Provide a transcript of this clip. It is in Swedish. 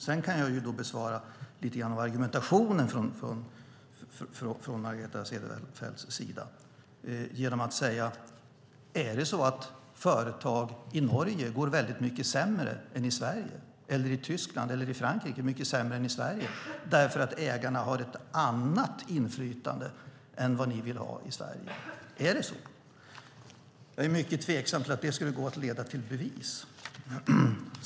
Sedan kan jag besvara lite grann av argumentationen från Margareta Cederfelts sida genom att fråga: Är det så att företag i Norge, Tyskland eller Frankrike går väldigt mycket sämre än i Sverige därför att ägarna har ett annat inflytande än ni vill ha i Sverige? Är det så? Jag är mycket tveksam till att det skulle gå att leda i bevis.